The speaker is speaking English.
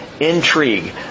Intrigue